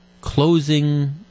closing